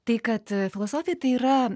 tai kad filosofija tai yra